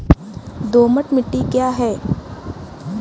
दोमट मिट्टी क्या है?